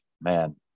man